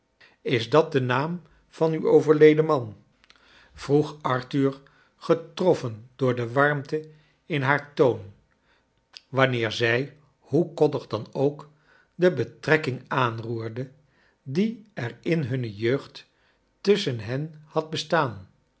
is dat de naam van uw overleden man vroeg arthur getroffen door de warmte in haar toon wanneer zij hoe koddig dan ook de betrekking aanroerde die er in hunne jeugd tusschen hen had bestaan